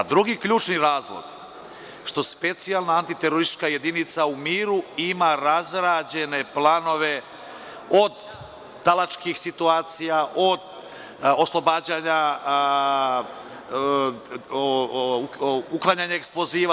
Drugi ključni razlog što specijalna antiteroristička jedinica u miru ima razrađene planove od talačkih situacija, od oslobađanja, uklanjanja eksploziva.